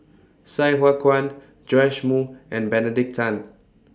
Sai Hua Kuan Joash Moo and Benedict Tan